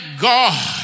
God